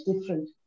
different